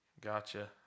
Gotcha